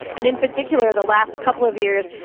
and in particular the last couple of years,